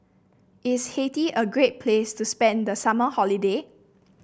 is Haiti a great place to spend the summer holiday